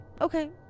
Okay